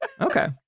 okay